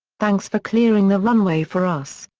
thanks for clearing the runway for us.